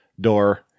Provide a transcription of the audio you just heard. door